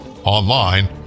Online